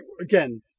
Again